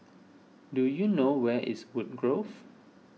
do you know where is Woodgrove